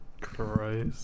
Christ